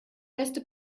beste